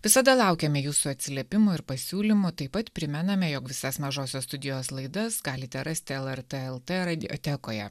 visada laukiame jūsų atsiliepimų ir pasiūlymų taip pat primename jog visas mažosios studijos laidas galite rasti lrt i radiotekoje